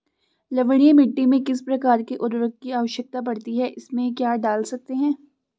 लवणीय मिट्टी में किस प्रकार के उर्वरक की आवश्यकता पड़ती है इसमें क्या डाल सकते हैं?